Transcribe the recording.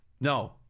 no